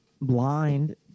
blind